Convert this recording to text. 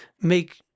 make